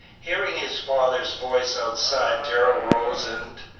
hearing his father's voice outside, darrell rose and,